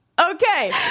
Okay